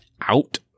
out